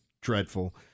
dreadful